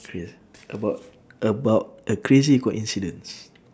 craz~ about about a crazy coincidence